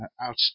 out